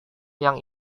yang